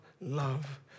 love